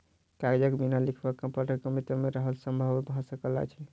कागजक बिन लिखब पढ़ब कम्प्यूटर के रहला सॅ संभव भ सकल अछि